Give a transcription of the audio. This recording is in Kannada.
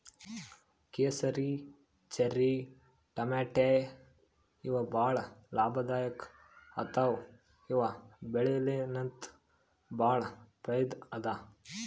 ಕೇಸರಿ, ಚೆರ್ರಿ ಟಮಾಟ್ಯಾ ಇವ್ ಭಾಳ್ ಲಾಭದಾಯಿಕ್ ಅಥವಾ ಇವ್ ಬೆಳಿಲಿನ್ತ್ ಭಾಳ್ ಫೈದಾ ಅದಾ